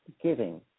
giving